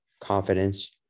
confidence